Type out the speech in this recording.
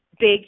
big